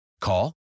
Call